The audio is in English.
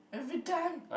every time